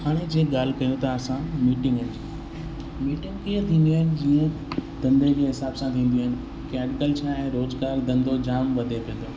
हाणे जीअं ॻाल्हि कयूं था असां मीटिंग जी मीटिंग कीअं थींदियूं आहिनि जीअं धंधे जे हिसाब सां थींदियूं आहिनि की अॼुकल्ह छा आहे रोज़गारु धंधो जाम वधे पियो थो